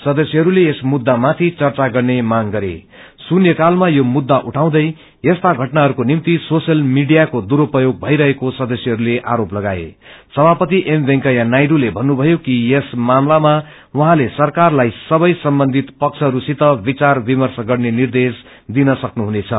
सदस्यहस्ते यस मुद्दामाथि चचा गर्ने मांग गर्ने शून्यकालमा यो मुद्दा उठाउँदै यस्तो घटनाइरूको निभि योशल मीडियाको दुरुप्योग भईरहेको सदस्यहरूले आरोप लागाएं सभापति एम वेकैया नायडूले भन्नुषयो कि यस मामलामा उझँले सरकारलाई सवै सम्बन्धित प्रबहरूसित विचार विर्मश गर्ने निर्देश दिनु सक्नुहुनेछ